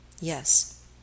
Yes